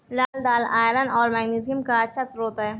लाल दालआयरन और मैग्नीशियम का अच्छा स्रोत है